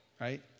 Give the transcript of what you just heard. right